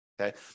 Okay